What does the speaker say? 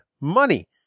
Money